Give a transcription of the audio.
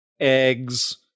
eggs